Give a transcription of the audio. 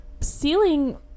ceiling